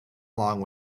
along